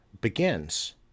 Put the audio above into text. begins